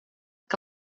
que